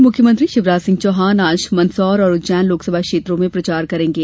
पूर्व मुख्यमंत्री शिवराज सिंह चौहान आज मंदसौर और उज्जैन लोकसभा क्षेत्रों में प्रचार करेंगे